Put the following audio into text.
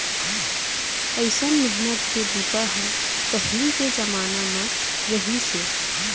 अइसन मेहनत के बूता ह पहिली के जमाना म रहिस हे